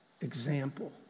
example